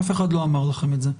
אף אחד לא אמר לכם את זה.